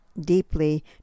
deeply